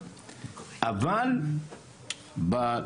אני